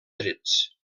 trets